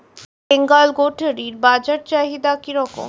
বেঙ্গল গোটারি বাজার চাহিদা কি রকম?